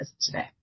today